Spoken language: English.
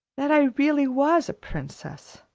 that i really was a princess,